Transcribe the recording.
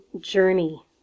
journey